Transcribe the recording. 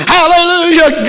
Hallelujah